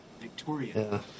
Victoria